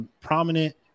prominent